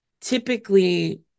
typically